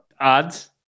Odds